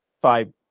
five